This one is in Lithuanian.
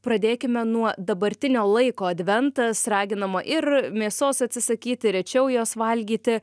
pradėkime nuo dabartinio laiko adventas raginama ir mėsos atsisakyti rečiau jos valgyti